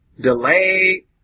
delay